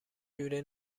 جوره